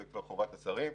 זו כבר חובת השרים.